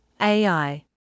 AI